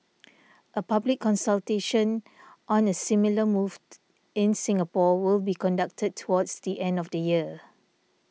a public consultation on a similar moved in Singapore will be conducted towards the end of the year